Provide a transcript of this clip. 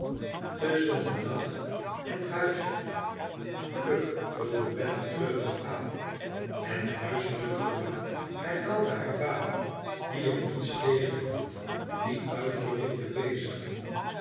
tusschen den dag en huiselijk t geluk vulde bella treurig aan ten huiselijk geluk herhaalde haar vader die er niets tegen had die uitdrukking te